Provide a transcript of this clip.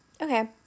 Okay